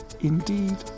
indeed